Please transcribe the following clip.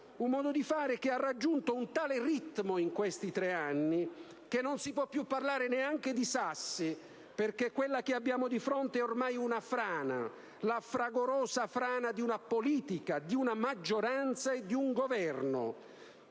Un modo di fare che ha raggiunto un tale ritmo in questi tre anni che neanche si può più parlare di sassi, perché quella che abbiamo di fronte ormai è una frana, la fragorosa frana di una politica, di una maggioranza e di un Governo.